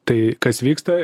tai kas vyksta